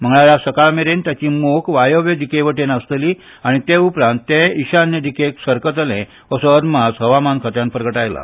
मंगळारा सकाळ मेरेन ताची मोख वायव्य दिर्के वटेन आसतली आनी ते उपरांत तें इशान्य दिकेक सरकतलें असो अदमास हवामान खात्यान परगटायला